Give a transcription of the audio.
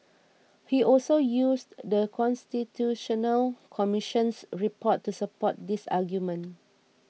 he also used The Constitutional Commission's report to support this argument